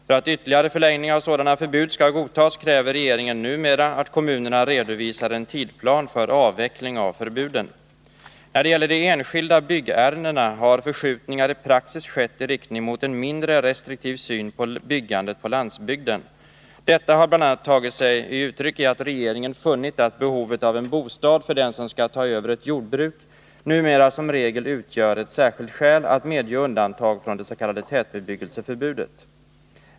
För att ytterligare förlängning av sådana förbud skall godtas kräver regeringen numera att kommunerna redovisar en tidplan för avveckling av förbuden. När det gäller de enskilda byggärendena har förskjutningar i praxis skett i riktning mot en mindre restriktiv syn på byggandet på landsbygden. Detta har bl.a. tagit sig uttryck i att regeringen funnit att behovet av en bostad för den som skall ta över ett jordbruk numera som regel utgör särskilt skäl att medge undantag från det s.k. tätbebyggelseförbudet.